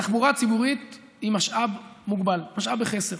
תחבורה ציבורית היא משאב מוגבל, משאב בחסר.